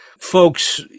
folks